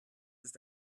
ist